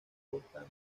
costa